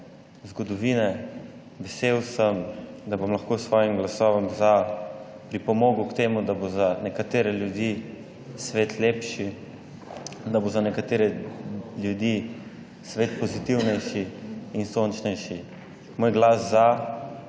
zgodovine. Vesel sem, da bom lahko s svojim glasom za pripomogel k temu, da bo za nekatere ljudi svet lepši, da bo za nekatere ljudi svet pozitivnejši in sončnejši. Moj glas za